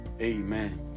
Amen